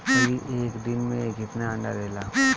मुर्गी एक दिन मे कितना अंडा देला?